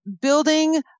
building